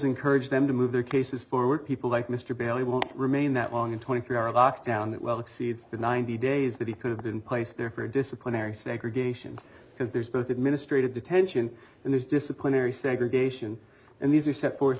encourage them to move their cases forward people like mr bailey will remain that long and twenty three are a box down that well exceeds the ninety days that he could have been placed there for disciplinary segregation because there's both administrative detention and there's disciplinary segregation and these are set for